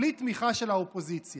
בלי תמיכה של האופוזיציה.